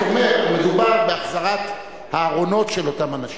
אני רק אומר שמדובר בהחזרת הארונות של אותם אנשים.